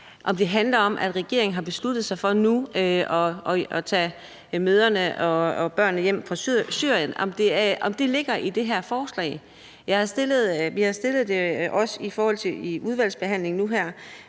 om det handler om, at regeringen har besluttet sig for nu at tage mødrene og børnene hjem fra Syrien, altså om det ligger i det her forslag. Vi har også stillet det i udvalgsbehandlingen nu her,